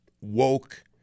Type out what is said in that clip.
woke